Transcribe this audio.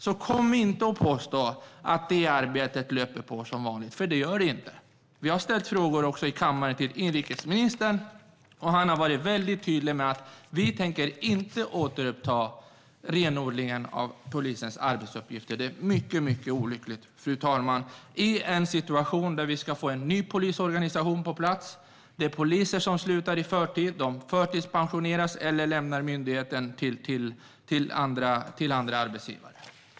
Kom därför inte och påstå att det arbetet löper på som vanligt, för det gör det inte. Vi har även ställt frågor i kammaren till inrikesministern, och han har varit väldigt tydlig med att man inte tänker återuppta renodlingen av polisens arbetsuppgifter. Detta är mycket olyckligt, fru talman, i en situation där vi ska få en ny polisorganisation på plats och där poliser slutar i förtid, förtidspensioneras eller lämnar myndigheten för andra arbetsgivare.